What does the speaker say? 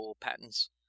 patents